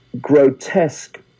grotesque